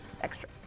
extra